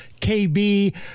kb